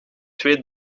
twee